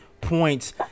points